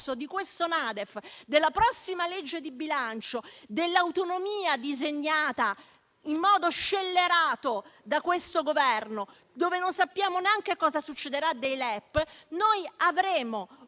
della NADEF, della prossima legge di bilancio, dell'autonomia disegnata in modo scellerato da questo Governo, dove non sappiamo neanche cosa succederà dei livelli